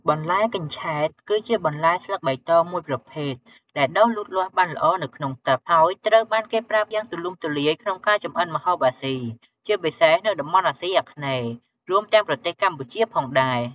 បន្លែកញ្ឆែត គឺជាបន្លែស្លឹកបៃតងមួយប្រភេទដែលដុះលូតលាស់បានល្អនៅក្នុងទឹក ហើយត្រូវបានគេប្រើយ៉ាងទូលំទូលាយក្នុងការចម្អិនម្ហូបអាស៊ី ជាពិសេសនៅតំបន់អាស៊ីអាគ្នេយ៍ រួមទាំងប្រទេសកម្ពុជាផងដែរ។